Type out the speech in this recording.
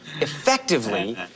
effectively